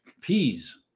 Peas